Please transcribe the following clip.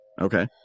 Okay